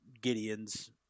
Gideon's